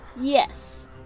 Yes